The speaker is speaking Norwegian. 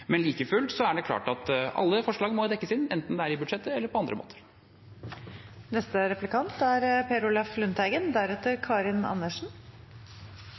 Men like fullt er det klart at alle forslag må dekkes inn, enten det er i budsjettet eller på andre måter. Jeg vil takke for statsrådens siste svar. Det er